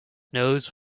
nose